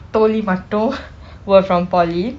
தோழி மட்டும்:thozhi mattum were from poly